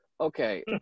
okay